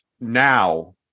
now